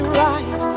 right